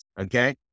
okay